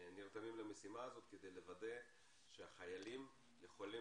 נרתמים למשימה הזאת כדי לוודא שהחיילים יכולים